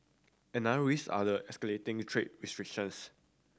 another risk are the escalating trade restrictions